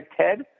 Ted